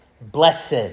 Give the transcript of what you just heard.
blessed